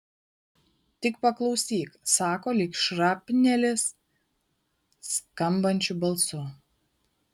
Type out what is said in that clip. tik paklausyk sako lyg šrapnelis skambančiu balsu